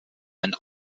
ein